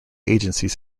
agencies